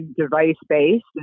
device-based